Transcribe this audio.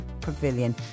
Pavilion